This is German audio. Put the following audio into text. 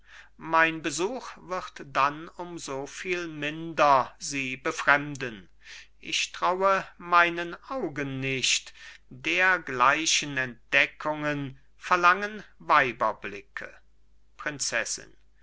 mein besuch wird dann um so viel minder sie befremden ich traue meinen augen nicht dergleichen entdeckungen verlangen weiberblicke prinzessin